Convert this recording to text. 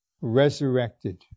resurrected